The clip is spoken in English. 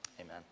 Amen